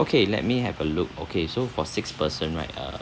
okay let me have a look okay so for six person right err